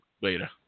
Later